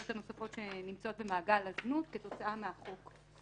הנוספות שנמצאות במעגל הזנות כתוצאה מהחוק.